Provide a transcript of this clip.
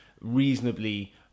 reasonably